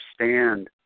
understand